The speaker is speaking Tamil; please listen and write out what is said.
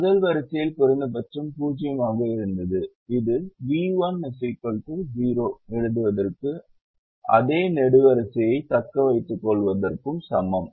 முதல் வரிசையில் குறைந்தபட்சம் 0 ஆக இருந்தது இது v1 0 எழுதுவதற்கும் அதே நெடுவரிசையைத் தக்கவைத்துக்கொள்வதற்கும் சமம்